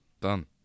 Done